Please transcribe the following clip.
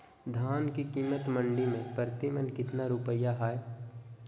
धान के कीमत मंडी में प्रति मन कितना रुपया हाय?